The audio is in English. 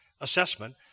assessment